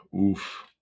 Oof